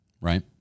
right